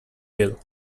bill